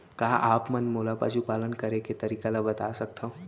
का आप मन मोला पशुपालन करे के तरीका ल बता सकथव?